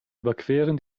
überqueren